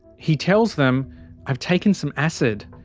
he tells them i've taken some acid.